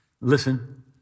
Listen